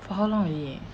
for how long already